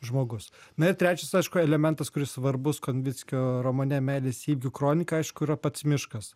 žmogus na ir trečias aišku elementas kuris svarbus konvickio romane meilės įvykių kronika aišku yra pats miškas